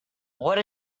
what